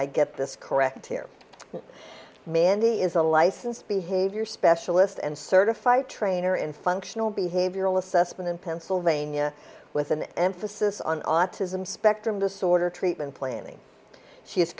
i get this correct here mindy is a licensed behavior specialist and certified trainer in functional behavioral assessment in pennsylvania with an emphasis on autism spectrum disorder treatment planning she is